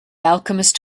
alchemist